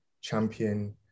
champion